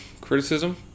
criticism